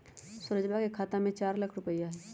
सुरजवा के खाता में चार लाख रुपइया हई